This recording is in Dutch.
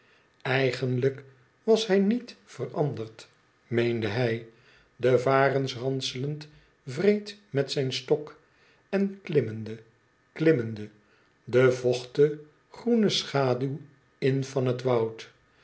eigenlijk was hij niet veranderd meende hij de varens ranselend wreed met zijn stok en klimmende klimmende de vochte groene schaduw in van het woud